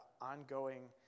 ongoing